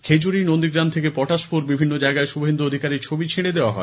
খেজুরি নন্দীগ্রাম থেকে পটাশপুর বিভিন্ন জায়গায় শুভেন্দু অধিকারীর ছবি ছিঁড়ে দেওয়া হয়